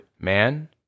man